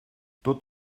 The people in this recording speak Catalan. tot